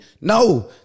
No